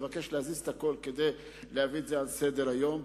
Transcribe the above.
לבקש להזיז את הכול כדי להביא את זה על סדר-היום,